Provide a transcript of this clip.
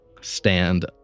stand